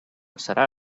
serà